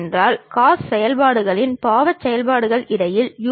ஆனால் வரைபட தாளில் வரையும் பொழுது அது இணைகரம் போன்று இருக்கும்